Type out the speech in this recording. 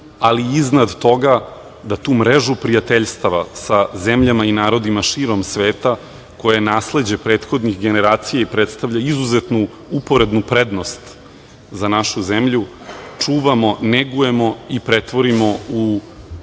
ali iznad toga da tu mrežu prijateljstava sa zemljama i narodima širom sveta, koje je nasleđe prethodnih generacija i predstavlja izuzetnu uporednu prednost za našu zemlju čuvamo, negujemo i pretvorimo u